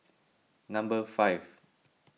number five